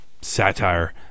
satire